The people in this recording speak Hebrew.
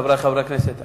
חברי חברי הכנסת,